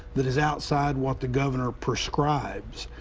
that is outside what the governor proscribes.